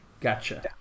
Gotcha